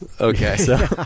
Okay